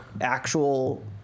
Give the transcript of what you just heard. actual